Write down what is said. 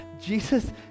Jesus